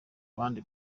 bandi